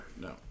no